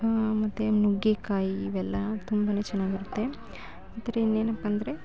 ಮತ್ತೆ ನುಗ್ಗೆಕಾಯಿ ಇವೆಲ್ಲ ತುಂಬನೇ ಚೆನ್ನಾಗಿರುತ್ತೆ ಆದರೆ ಇನ್ನೇನಪ್ಪ ಅಂದ್ರೆ